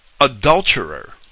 adulterer